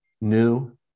New